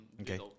Okay